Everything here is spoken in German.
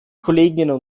kolleginnen